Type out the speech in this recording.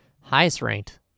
highest-ranked